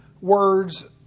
words